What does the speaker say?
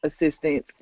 assistance